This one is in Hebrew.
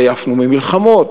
עייפנו ממלחמות,